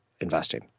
investing